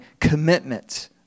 commitment